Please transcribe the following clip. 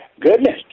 goodness